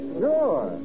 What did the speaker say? sure